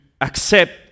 accept